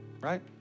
right